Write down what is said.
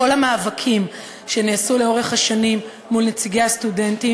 כל המאבקים שנעשו לאורך השנים מול נציגי הסטודנטים